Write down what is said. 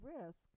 risk